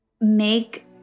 make